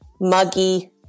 muggy